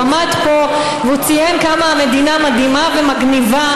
הוא עמד פה והוא ציין כמה המדינה מדהימה ומגניבה,